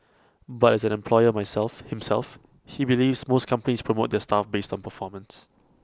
but as an employer myself himself he believes most companies promote their staff based on performance